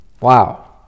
Wow